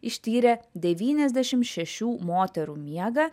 ištyrė devyniasdešimt šešių moterų miegą